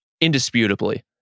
Indisputably